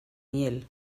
hiel